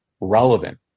relevant